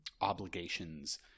obligations